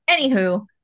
Anywho